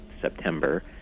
September